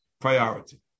priority